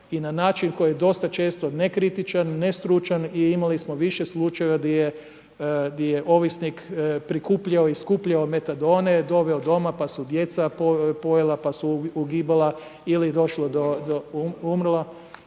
i na način koji je dosta često dosta kritičan, nestručan i imali smo više slučajeva di je ovisnik, prikupljao i skupljao metadone, doveo doma pa su djeca pojela, pa su ugibala, umrla,